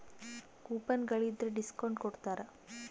coupon ಗಳಿದ್ರ discount ಕೊಡ್ತಾರ